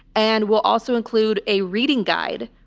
and we'll also include a reading guide,